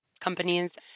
companies